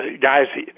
guys